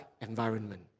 environment